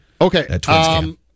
Okay